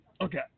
okay